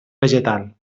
vegetal